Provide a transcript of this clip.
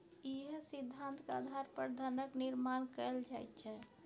इएह सिद्धान्तक आधार पर धनक निर्माण कैल जाइत छै